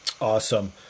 Awesome